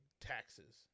taxes